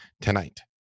tonight